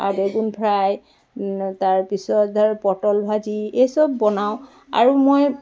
বেগুন ফ্ৰাই তাৰপিছত ধৰ পতল ভাজি এই চব বনাওঁ আৰু মই